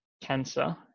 cancer